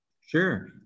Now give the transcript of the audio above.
Sure